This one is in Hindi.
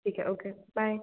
ठीक है ओके बाई